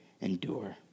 endure